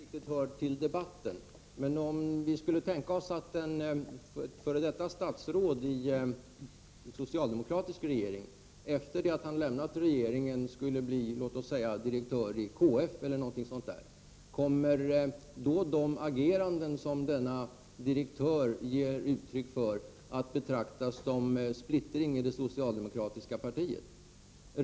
Fru talman! Det här kanske inte riktigt hör till debatten, men låt mig ändå göra en jämförelse. Anta att ett f.d. statsråd i en socialdemokratisk regering efter det att han lämnat regeringen skulle bli låt oss säga direktör i KF. Kommer denna direktörs ageranden, om de inte överensstämmer med det socialdemokratiska partiets åsikter, då att tas till intäkt för påståenden om att det socialdemokratiska partiet är splittrat?